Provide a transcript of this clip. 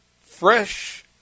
Fresh